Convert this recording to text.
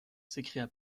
s’écria